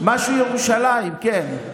משהו על ירושלים, כן.